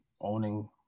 owning